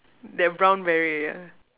the brown barrier